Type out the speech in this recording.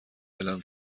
اعلام